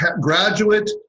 graduate